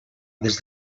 des